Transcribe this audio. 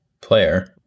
player